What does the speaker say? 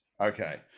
Okay